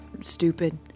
stupid